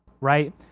right